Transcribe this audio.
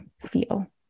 feel